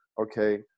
Okay